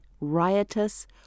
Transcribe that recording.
riotous